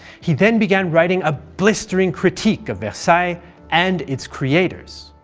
he then began writing a blistering critique of versailles and its creators.